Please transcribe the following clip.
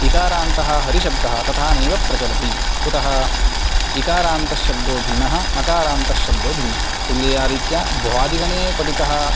इकारान्तः हरिशब्दः तथा नैव प्रचलति कुतः इकारान्तश्शब्दो भिन्नः अकारान्तश्शब्दो भिन्नः तुल्यारीत्या भ्वादिगणे पठितः